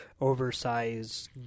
oversized